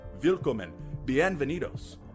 Bienvenidos